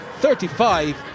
35